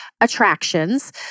attractions